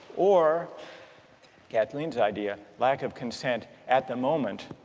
or kathleen's idea, lack of consent at the moment